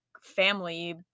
family